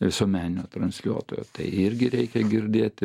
visuomeninio transliuotojo tai irgi reikia girdėti